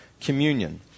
communion